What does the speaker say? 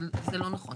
זה לא נכון.